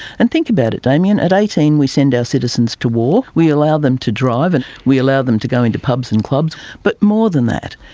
and think about it, damien, at eighteen we send our citizens to war, we allow them to drive and we allow them to go into pubs and clubs, but more than that,